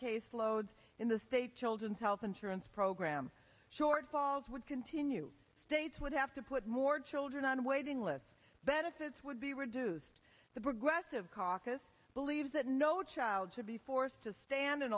case loads in the state children's health insurance program shortfalls would continue states would have to put more children on waiting lists benefits would be reduced the progressive caucus believes that no child should be forced to stand in